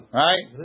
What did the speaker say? right